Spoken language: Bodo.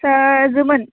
फिसाजोमोन